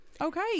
okay